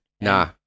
Nah